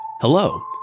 Hello